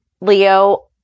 leo